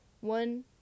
one